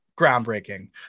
Groundbreaking